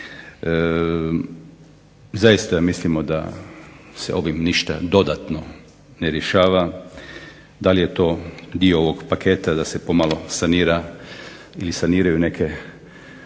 Zaista mislimo da se ovim ništa dodatno ne rješava. Da li je to dio ovog paketa da se pomalo sanira ili saniraju neke